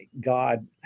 God